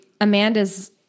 Amanda's